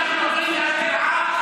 עזוב, עזוב.